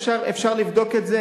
אפשר לבדוק את זה.